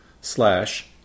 slash